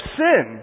sin